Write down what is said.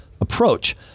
approach